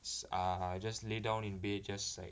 err just lay down in bed just like